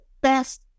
best